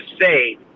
say